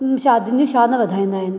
शादीयुनि जी शान वधाईंदा आहिनि